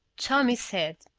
tommy said,